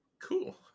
Cool